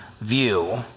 view